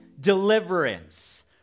deliverance